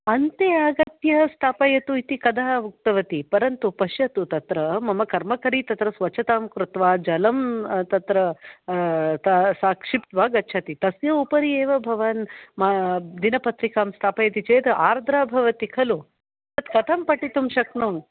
अन्ते आगत्य स्थापयतु इति कदा उक्तवती परन्तु पश्यतु तत्र मम कर्मकरी तत्र स्वच्छतां कृत्वा जलं तत्र अ सा क्षिप्त्वा गच्छति तस्य उपरि एव भवान् मा दिनपत्रिकां स्थापयति चेत् आद्रा भवति खलु तत् कथं पठितुं शक्नोमि